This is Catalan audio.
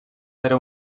era